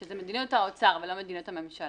שזה מדיניות האוצר ולא מדיניות הממשלה.